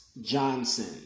Johnson